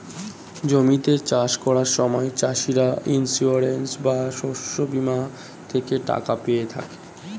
জমিতে চাষ করার সময় চাষিরা ইন্সিওরেন্স বা শস্য বীমা থেকে টাকা পেয়ে থাকে